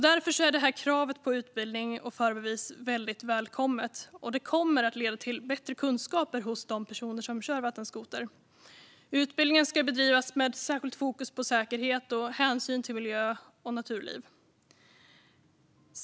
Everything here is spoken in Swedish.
Därför är kravet på utbildning och förarbevis väldigt välkommet. Det kommer att leda till bättre kunskaper hos de personer som kör vattenskoter. Utbildningen ska bedrivas med särskilt fokus på säkerhet och med hänsyn till miljö och naturliv.